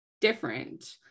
different